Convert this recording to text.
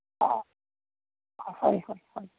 অ' হয় হয় হয়